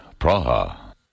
Praha